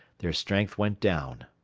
their strength went down.